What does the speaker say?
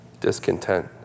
discontent